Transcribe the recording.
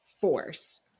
force